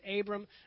Abram